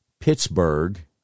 Pittsburgh